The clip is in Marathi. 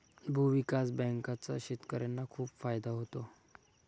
भूविकास बँकांचा शेतकर्यांना खूप फायदा होतो